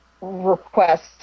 request